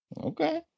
Okay